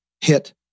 hit